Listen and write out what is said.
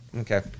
Okay